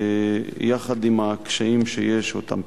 יחד עם הקשיים שפירטתי.